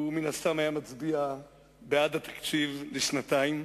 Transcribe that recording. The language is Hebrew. מן הסתם הוא היה מצביע בעד התקציב לשנתיים,